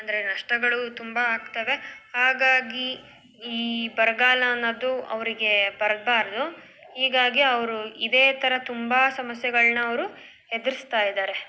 ಅಂದರೆ ನಷ್ಟಗಳು ತುಂಬ ಆಗ್ತವೆ ಹಾಗಾಗಿ ಈ ಬರಗಾಲ ಅನ್ನೋದು ಅವರಿಗೆ ಬರಬಾರ್ದು ಹೀಗಾಗಿ ಅವರು ಇದೇ ಥರ ತುಂಬ ಸಮಸ್ಯೆಗಳನ್ನ ಅವರು ಎದುರಿಸ್ತಾ ಇದ್ದಾರೆ